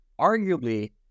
arguably